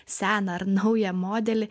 seną ar naują modelį